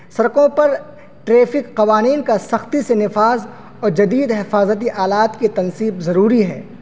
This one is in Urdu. سڑکوں پر ٹریفک قوانین کا سختی سے نفاذ اور جدید حفاظتی آلات کی تنصیب ضروری ہے